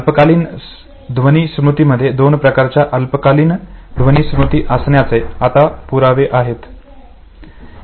अल्पकालीन ध्वनी स्मृतीमध्ये दोन प्रकारच्या अल्पकालीन ध्वनी स्मृति असण्याचे आता पुरावे आहे